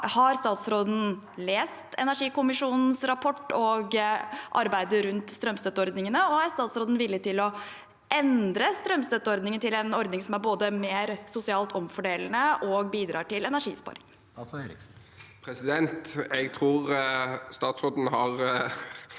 Har statsråden lest energikommisjonens rapport og om arbeidet rundt strømstøtteordningene, og er statsråden villig til å endre strømstøtteordningen til en ordning som er både mer sosialt omfordelende og bidrar til energisparing? Statsråd Andreas Bjelland Eriksen Jeg tror statsråden har